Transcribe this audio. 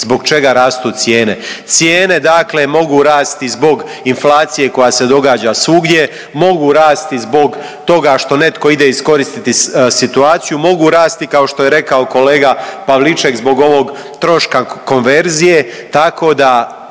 zbog čega rastu cijene. Cijene dakle mogu rasti zbog inflacije koja se događa svugdje, mogu rasti zbog toga što netko ide iskoristiti situaciju, mogu rasti kao što je rekao kolega Pavliček zbog ovog troška konverzije tako da